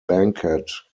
banquet